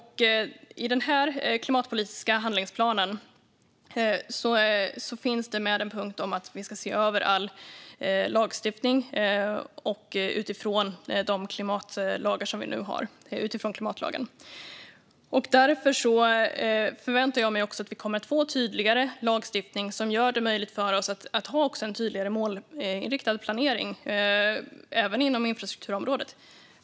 I den här klimatpolitiska handlingsplanen finns det med en punkt om att vi ska se över all lagstiftning utifrån den klimatlag som vi nu har. Därför förväntar jag mig också att vi kommer att få tydligare lagstiftning som gör det möjligt för oss att ha en tydligare målinriktad planering, även inom infrastrukturområdet.